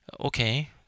okay